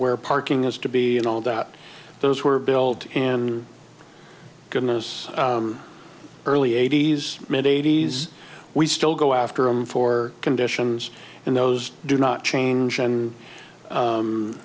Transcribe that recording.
where parking is to be and all doubt those were built and goodness early eighty's mid eighty's we still go after him for conditions and those do not change and